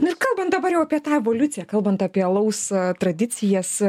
nu ir kalbant dabar jau apie tą evoliuciją kalbant apie alaus tradicijas